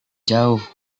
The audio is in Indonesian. jauh